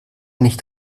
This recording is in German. nicht